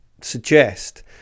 suggest